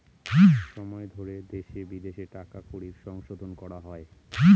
সময় ধরে দেশে বিদেশে টাকা কড়ির সংশোধন করা হয়